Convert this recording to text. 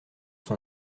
son